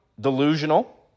delusional